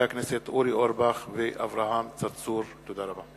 תודה רבה.